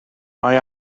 mae